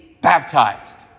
baptized